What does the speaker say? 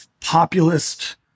populist